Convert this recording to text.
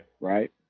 right